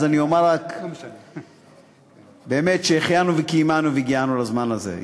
אז אני אומר רק באמת שהחיינו וקיימנו והגיענו לזמן הזה,